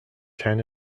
ten